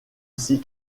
scie